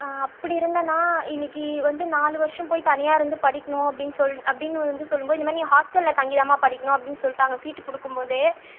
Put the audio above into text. அப்படிருந்த நான் இன்றைக்கி வந்து நாலு வருடம் போய் தனியாகருந்து படிக்கணும் அப்படின்னு சொல் அப்படின்னு வந்து சொல்லும்போது ஹாஸ்டலில் தங்கித்தாம்மா படிக்கணும் அப்படின்னு சொல்லிட்டாங்க சீட்டு கொடுக்கும்போதே